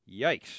Yikes